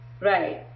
Right